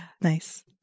Nice